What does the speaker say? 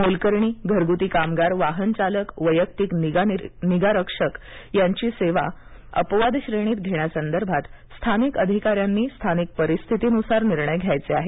मोलकरणी घरगुती कामगार वाहन चालक वैयक्तिक निगारक्षक यांची सेवा अपवादश्रेणीत घेण्यासंदर्भात स्थानिक अधिकाऱ्यांनी स्थानिक परिस्थितीनुसार निर्णय घ्यायचे आहेत